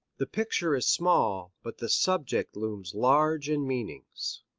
the picture is small, but the subject looms large in meanings.